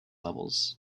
levels